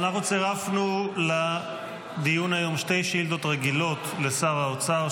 אנחנו צירפנו לדיון היום שתי שאילתות רגילות לשר האוצר,